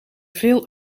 veel